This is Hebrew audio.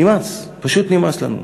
נמאס, פשוט נמאס לנו.